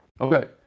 Okay